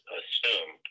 assume